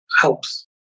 helps